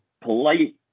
polite